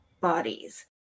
bodies